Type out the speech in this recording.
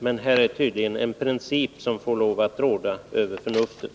Men här är det tydligen en princip som får råda över förnuftet.